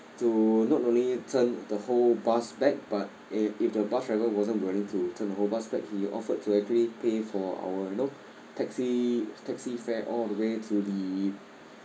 to not only turn the whole bus back but if if the bus driver wasn't willing to turn the whole bus back he offered to actually pay for our you know taxi taxi fare all the way to the